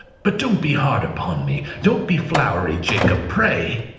but don't be hard upon me! don't be flowery, jacob! pray!